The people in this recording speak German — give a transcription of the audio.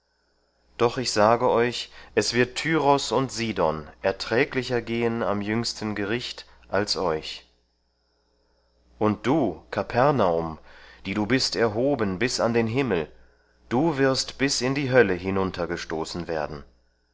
doch ich sage euch es wird tyrus und sidon erträglicher gehen am jüngsten gericht als euch und du kapernaum die du bist erhoben bis an den himmel du wirst bis in die hölle hinuntergestoßen werden